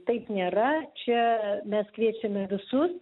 taip nėra čia mes kviesime visus